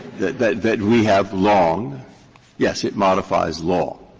that that we have long yes, it modifies law,